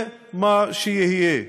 זה מה שיהיה.